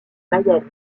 mayenne